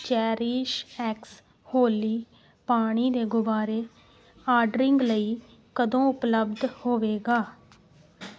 CherishX Holi ਪਾਣੀ ਦੇ ਗੁਬਾਰੇ ਆਰਡਰਿੰਗ ਲਈ ਕਦੋਂ ਉਪਲਬਧ ਹੋਵੇਗਾ